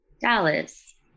Dallas